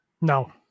No